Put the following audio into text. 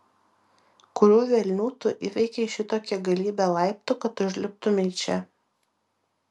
kurių velnių tu įveikei šitokią galybę laiptų kad užliptumei čia